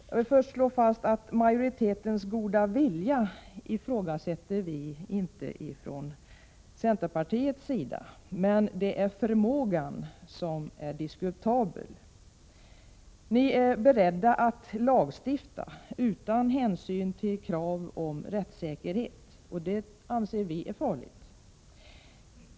Jag vill då främst slå fast att vi från centerpartiets sida inte ifrågasätter majoritetens goda vilja. Det är förmågan som är diskutabel. Ni är beredda att lagstifta utan hänsyn till krav på rättssäkerhet. Det anser vi är farligt.